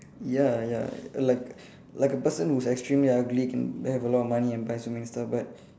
ya ya like like a person who's extremely ugly can have a lot money and buy so many stuff but